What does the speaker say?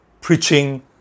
preaching